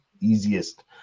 easiest